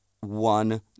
one